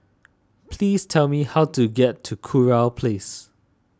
please tell me how to get to Kurau Place